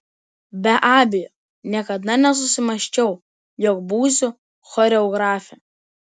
be abejo niekada nesusimąsčiau jog būsiu choreografė